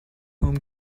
home